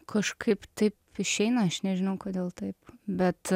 kažkaip taip išeina aš nežinau kodėl taip bet